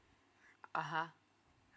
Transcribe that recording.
(uh huh)